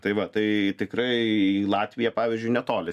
tai va tai tikrai latvija pavyzdžiui netoli